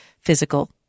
physical